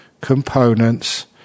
components